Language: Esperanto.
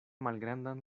malgrandan